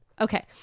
Okay